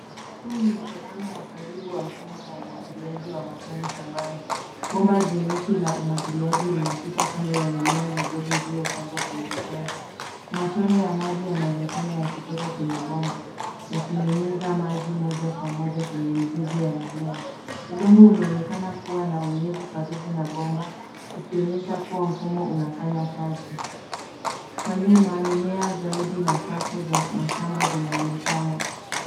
Huu ni mtazamo wa karibu wa mfumo wa umwagiliaji wa matone shambani. Bomba jeusi la umwagiliaji linapita kando ya mimea midogo iliyopandwa kwenye udongo. Matone ya maji yanaonekana yakitoka kwenye bomba, yakinyunyiza maji moja kwa moja kwenye mizizi ya mimea. Udongo unaonekana kuwa . na unyevu karibu na bomba ikonyesha kuwa mfumo unafanya kazi. Kwa nyuma mimea zaidi na safu za mashamba zinaonekana.